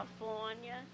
California